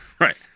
right